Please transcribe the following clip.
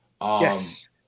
Yes